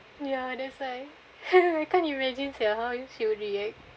ya that's why can't sia how she would react